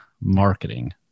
marketing